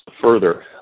further